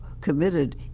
committed